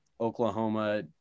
Oklahoma